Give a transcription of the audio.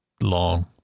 long